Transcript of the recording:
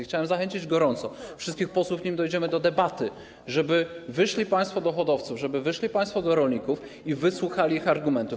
Chciałbym zachęcić gorąco wszystkich posłów, nim dojdziemy do debaty, żeby wyszli państwo do hodowców, żeby wyszli państwo do rolników i wysłuchali ich argumentów.